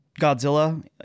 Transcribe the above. Godzilla